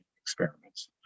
experiments